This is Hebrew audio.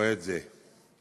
למועד זה.